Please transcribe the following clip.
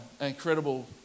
incredible